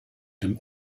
dem